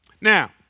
Now